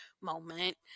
moment